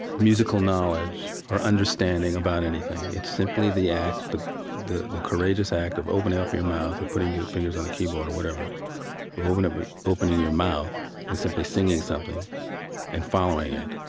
musical knowledge or understanding about anything. it's simply the act the the courageous act of opening up your mouth or putting your fingers on a keyboard or whatever of opening opening your mouth and simply singing something and following it.